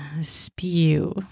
spew